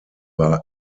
war